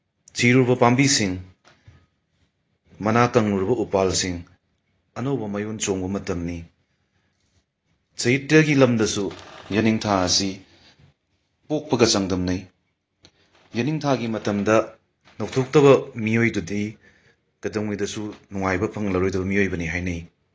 ꯁꯤꯔꯨꯕ ꯄꯥꯝꯕꯤꯁꯤꯡ ꯃꯅꯥ ꯀꯪꯂꯨꯔꯕ ꯎꯄꯥꯜꯁꯤꯡ ꯑꯅꯧꯕ ꯃꯌꯣꯟ ꯆꯣꯡꯕ ꯃꯇꯝꯅꯤ ꯁꯥꯍꯤꯇ꯭ꯌꯒꯤ ꯂꯝꯗꯁꯨ ꯌꯦꯅꯤꯡꯊꯥ ꯑꯁꯤ ꯄꯣꯛꯄꯒ ꯆꯥꯡꯗꯝꯅꯩ ꯌꯦꯅꯤꯡꯊꯥꯒꯤ ꯃꯇꯝꯗ ꯅꯧꯊꯣꯛꯇꯕ ꯃꯤꯑꯣꯏꯗꯨꯗꯤ ꯀꯩꯗꯧꯅꯨꯡꯗꯁꯨ ꯅꯨꯡꯉꯥꯏꯕ ꯐꯪꯂꯔꯣꯏꯗꯕ ꯃꯤꯑꯣꯏꯕꯅꯤ ꯍꯥꯏꯅꯩ